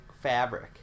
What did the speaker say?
fabric